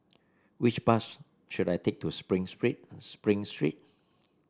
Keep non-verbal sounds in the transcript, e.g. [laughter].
which bus should I take to Spring [unintelligible] Spring Street